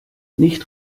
nicht